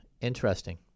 interesting